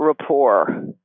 rapport